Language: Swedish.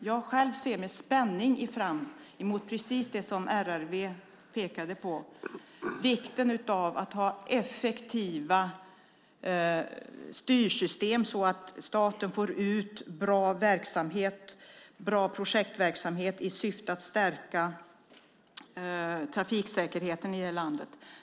Jag ser själv med spänning fram emot precis det som RRV pekade på, nämligen vikten av att ha effektiva styrsystem så att staten får ut bra projektverksamhet i syfte att stärka trafiksäkerheten i landet.